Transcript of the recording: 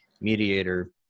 mediator